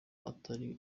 atari